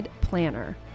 Planner